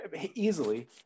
easily